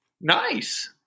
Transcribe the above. Nice